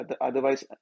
otherwise